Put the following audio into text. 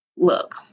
Look